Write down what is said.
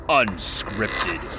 unscripted